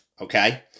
Okay